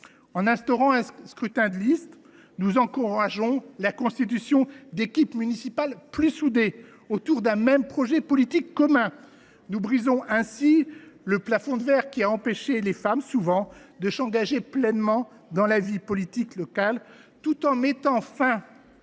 En instaurant un scrutin de liste, nous encourageons la constitution d’équipes municipales plus soudées autour d’un projet politique commun et nous brisons le plafond de verre qui empêche les femmes de s’engager pleinement dans la vie politique locale, tout en mettant fin